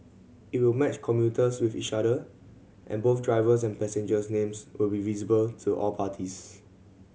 it will match commuters with each other and both drivers and passengers names will be visible to all parties